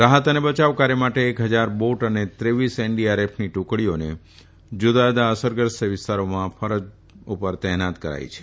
રાહત અને બચાવ કાર્ય માટે એક ફજાર બોટ અને તેવીસ એનડીઆરએફની ટુકડીઓને જુદા જુદા અસરગ્રસ્ત વિસ્તારોમાં ફરજ પર તૈનાત કરાઇ છે